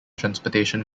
transportation